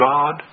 God